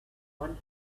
one